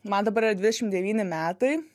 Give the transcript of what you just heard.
man dabar yra dvidešimt devyni metai